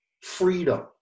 freedom